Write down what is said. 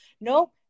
Nope